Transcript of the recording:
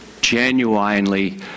genuinely